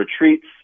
retreats